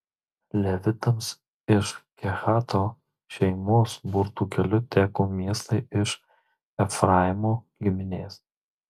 levitams iš kehato šeimos burtų keliu teko miestai iš efraimo giminės